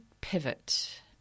pivot